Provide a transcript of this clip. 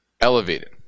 elevated